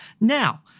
Now